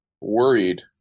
worried